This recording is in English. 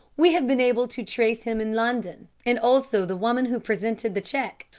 we have been able to trace him in london and also the woman who presented the cheque.